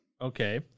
Okay